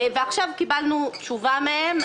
עכשיו קיבלנו תשובה מהם.